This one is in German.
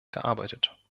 gearbeitet